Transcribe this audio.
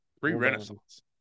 pre-Renaissance